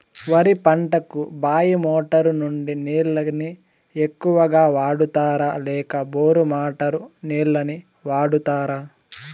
వరి పంటకు బాయి మోటారు నుండి నీళ్ళని ఎక్కువగా వాడుతారా లేక బోరు మోటారు నీళ్ళని వాడుతారా?